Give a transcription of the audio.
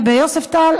וביוספטל,